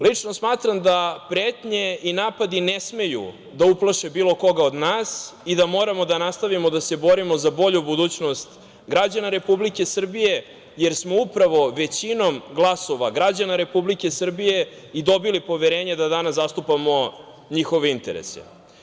Lično smatram da pretnje i napadi ne smeju da uplaše bilo koga od nas i da moramo da nastavimo da se borimo za bolju budućnost građana Republike Srbije, jer smo upravo većinom glasova građana Republike Srbije i dobili poverenje da danas zastupamo njihove interese.